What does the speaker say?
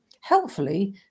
Helpfully